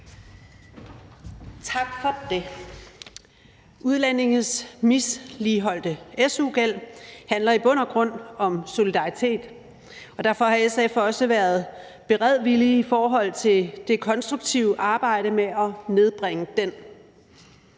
Tak for det. Udlændinges misligholdte su-gæld handler i bund og grund om solidaritet, og derfor har SF også været beredvillige i forhold til det konstruktive arbejde med at nedbringe den.